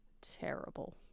terrible